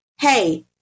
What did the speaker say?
hey